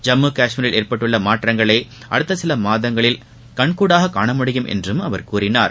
ஜம்மு காஷ்மீரில் ஏற்பட்டுள்ள மாற்றங்களை அடுத்த சில மாதங்களில் கண்கூடாக காண முடியும் என்றும் அவர் கூறினார்